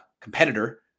competitor